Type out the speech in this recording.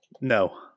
No